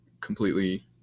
completely